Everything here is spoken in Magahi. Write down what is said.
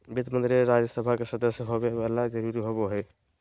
वित्त मंत्री के राज्य सभा के सदस्य होबे ल जरूरी होबो हइ